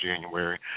January